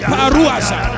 Paruasa